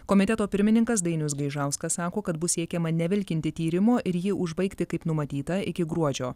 komiteto pirmininkas dainius gaižauskas sako kad bus siekiama nevilkinti tyrimo ir jį užbaigti kaip numatyta iki gruodžio